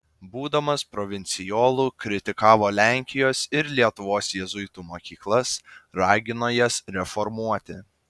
būdamas provincijolu kritikavo lenkijos ir lietuvos jėzuitų mokyklas ragino jas reformuoti